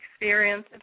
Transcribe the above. experience